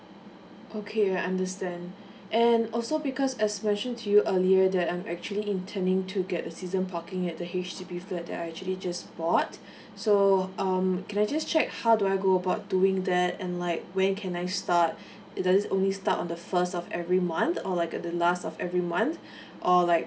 okay I understand and also because as mentioned to you earlier that I'm actually intending to get a season parking at the H_D_B flat that I actually just bought so um can I just check how do I go about doing that and like when can I start does it only start on the first of every month or like the last of every month or like